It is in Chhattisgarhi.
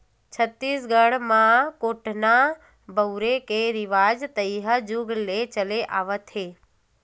छत्तीसगढ़ म कोटना बउरे के रिवाज तइहा जुग ले चले आवत हे